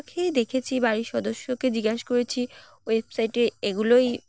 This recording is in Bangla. পাখিই দেখেছি বাড়ির সদস্যকে জিজ্ঞেস করেছি ওয়েবসাইটে এগুলোই